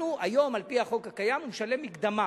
היום, על-פי החוק הקיים, הוא משלם מקדמה